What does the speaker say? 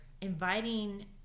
inviting